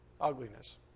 ugliness